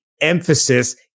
emphasis